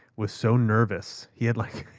was so nervous, he had like